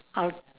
I'll